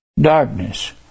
darkness